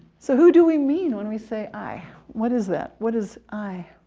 so who do we mean when we say i? what is that what is i?